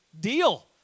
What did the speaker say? deal